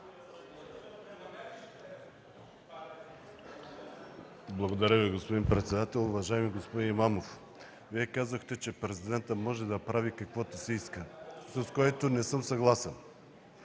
Благодаря Ви, господин председател. Уважаеми господин Имамов, казахте, че Президентът може да прави каквото си иска, с което не съм съгласен.